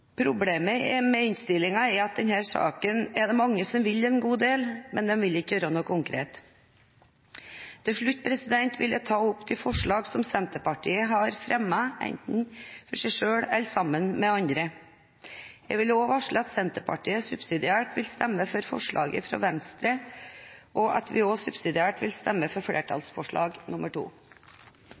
Problemet med innstillingen i denne saken er at det er mange som vil en god del, men de vil ikke gjøre noe konkret. Til slutt vil jeg ta opp de forslag som Senterpartiet har fremmet, enten alene eller sammen med andre. Jeg vil også varsle at Senterpartiet subsidiært vil stemme for forslag nr. 4, fra Venstre, og at vi subsidiært også vil stemme for